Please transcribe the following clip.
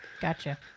Gotcha